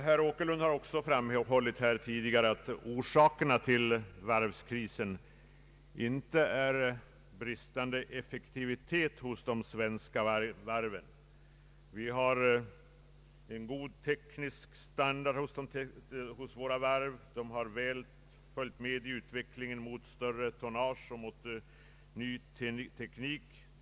Herr Åkerlund har framhållit att orsakerna till varvskrisen inte är bristande effektivitet hos de svenska varven. Våra varv har en god teknisk standard. De har väl följt med i utvecklingen mot större tonnage och mot ny teknik.